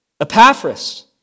Epaphras